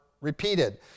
repeated